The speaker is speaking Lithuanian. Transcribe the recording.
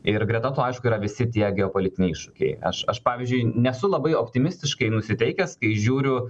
ir greta to aišku yra visi tie geopolitiniai iššūkiai aš aš pavyzdžiui nesu labai optimistiškai nusiteikęs kai žiūriu